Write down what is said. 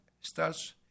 starts